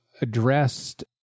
addressed